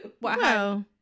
Wow